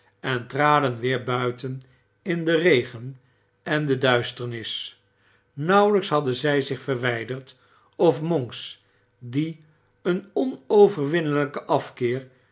en traden weer buiten in den regen en de duisternis nauwelijks hadden zij zich verwijderd of monks die een onoverwinnelijken afkeer